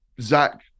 Zach